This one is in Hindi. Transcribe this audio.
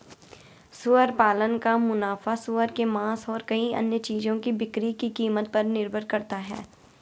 सुअर पालन का मुनाफा सूअर के मांस और कई अन्य चीजों की बिक्री की कीमत पर निर्भर करता है